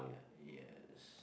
yes